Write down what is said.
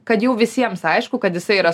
kad jau visiems aišku kad jisai yra